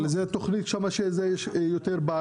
אבל זאת התוכנית כי יש שם יותר בעיות.